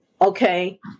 Okay